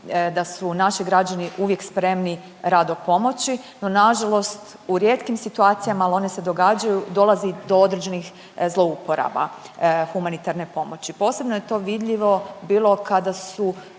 da su naši građani uvijek spremni rado pomoći, no nažalost u rijetkim situacijama, ali one se događaju, dolazi do određenih zlouporaba humanitarne pomoći. Posebno je to vidljivo bilo kada su